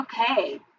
Okay